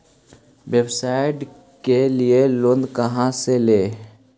व्यवसाय के लिये लोन खा से ले?